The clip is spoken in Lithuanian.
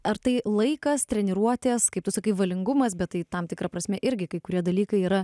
ar tai laikas treniruotės kaip tu sakai valingumas bet tai tam tikra prasme irgi kai kurie dalykai yra